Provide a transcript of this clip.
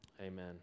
amen